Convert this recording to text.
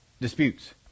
disputes